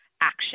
action